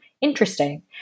interesting